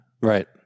Right